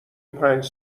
پنج